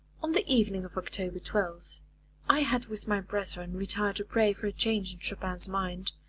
on the evening of october twelve i had with my brethren retired to pray for a change in chopin's mind,